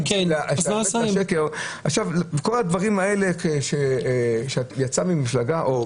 כל הדברים האלה שיצאו ממפלגה,